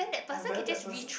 and then the person